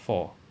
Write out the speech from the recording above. four